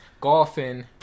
golfing